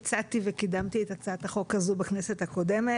הצעתי וקידמתי את הצעת החוק הזאת בכנסת הקודמת.